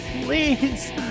please